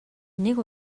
нэг